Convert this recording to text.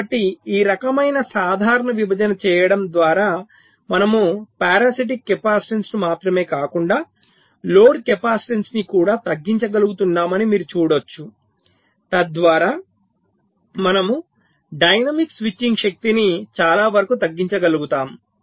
కాబట్టి ఈ రకమైన సాధారణ విభజన చేయడం ద్వారా మనము పారాసిటిక్ కెపాసిటెన్స్ను మాత్రమే కాకుండా లోడ్ కెపాసిటెన్స్ని కూడా తగ్గించగలుగుతామని మీరు చూడొచ్చు తద్వారా మనము డైనమిక్ స్విచింగ్ శక్తిని చాలా వరకు తగ్గించగలుగుతాము